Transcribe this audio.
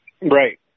Right